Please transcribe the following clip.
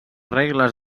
regles